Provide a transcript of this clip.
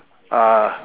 ah